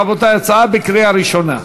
רבותי, הצעה לקריאה ראשונה.